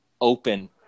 open